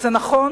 וזה נכון